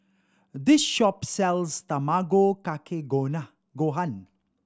this shop sells Tamago Kake Gohan